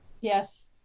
Yes